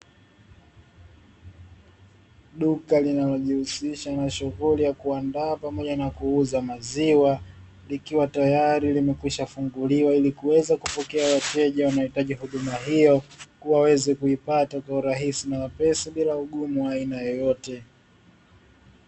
Duka linalojihusisha na shughuli ya kuandaa na kuuza maziwa likiwa tayari limekwisha funguliwa ili kuweza kupokea wateja wanaohitaji huduma hiyo waweze kuipata kwa urahisi na wepesi bila ugumu wa aina yoyote.